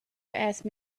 asked